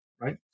right